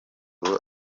ubu